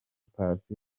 paccy